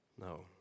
No